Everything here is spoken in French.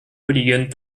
polygones